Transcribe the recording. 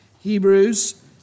Hebrews